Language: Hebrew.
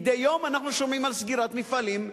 מדי יום אנחנו שומעים על סגירת מפעלים.